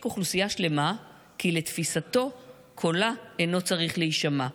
אוכלוסייה שלמה כי לתפיסתו קולה אינו צריך להישמע.